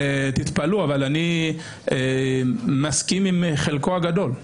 תתפלאו, אבל אני מסכים עם חלקה הגדול.